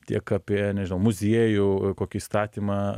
tiek apie nežinau muziejų kokį įstatymą